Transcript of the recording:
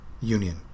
Union